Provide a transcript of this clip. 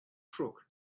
crook